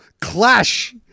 clash